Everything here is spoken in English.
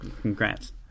congrats